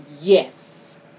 Yes